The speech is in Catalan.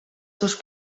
seus